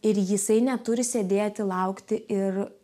ir jisai neturi sėdėti laukti ir